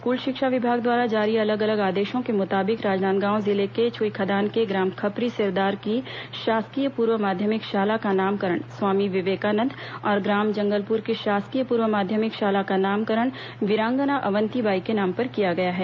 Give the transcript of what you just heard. school शिक्षा विभाग द्वारा जारी अलग अलग आदेशो के मुताबिक राजनादगांव जिले के छुईखदान के ग्राम खपरी सिरदार की शासकीय पूर्व माध्यमिक शाला का नामकरण स्वामी विवेकानंद और ग्राम जंगलपुर की शासकीय पूर्व माध्यमिक शाला का नामकरण वीरांगना अवंती बाई के नाम पर किया गया है